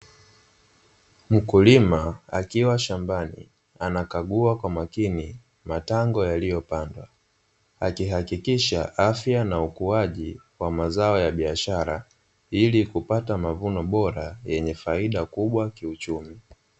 Mkulima akiwa shambani anakagua kwa makini matango yaliyopandwa, akihakikisha afya na ukuaji wa mazao ya biashara ili kupata mavuno bora yenye faida kubwa kiuchumi.